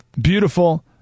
beautiful